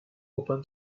open